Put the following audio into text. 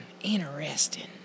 Interesting